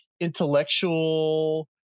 intellectual